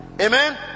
Amen